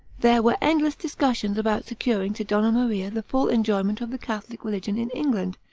there were endless discussions about securing to donna maria the full enjoyment of the catholic religion in england,